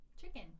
Chicken